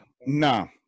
no